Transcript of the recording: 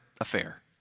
affair